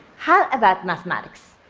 how about mathematics?